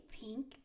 pink